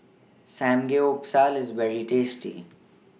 Samgyeopsal IS very tasty